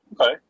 Okay